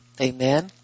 Amen